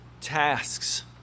tasks